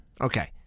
Okay